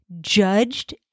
judged